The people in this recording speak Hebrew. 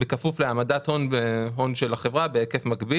כפוף להעמדת הון של החברה בהיקף מקביל